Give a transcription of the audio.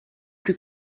plus